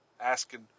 Asking